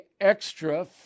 extra